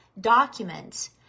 documents